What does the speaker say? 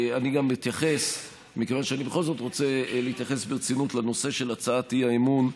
מכיוון שאני בכל זאת רוצה להתייחס ברצינות לנושא של הצעת האי-אמון,